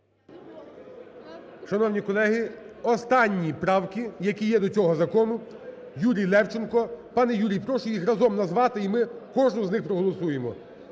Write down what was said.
Шановні колеги, останні правки, які є до цього закону. Юрій Левченко. Пане Юрій, прошу їх разом назвати, і ми кожну з них проголосуємо.